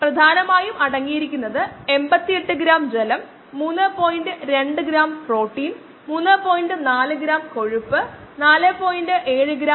സാധാരണയായി ചെയ്യുന്നത് കണക്കാക്കിയ നിരക്ക് ഇടവേളയുടെ മധ്യ ബിന്ദുവിലേക്ക് നിർണ്ണയിക്കാം